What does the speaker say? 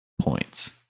points